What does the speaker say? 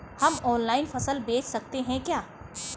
हम ऑनलाइन फसल बेच सकते हैं क्या?